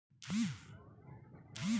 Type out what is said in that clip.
Scotland क सबसे बड़ा बैंक स्कॉटिया बैंक हौ